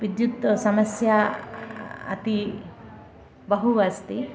विद्युत् समस्या अति बहु अस्ति